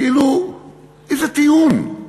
כאילו איזה טיעון?